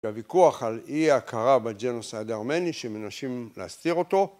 והוויכוח על אי הכרה בג'נוס האדרמני שמנסים להסתיר אותו.